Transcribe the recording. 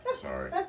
sorry